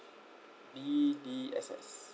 B_D_S_S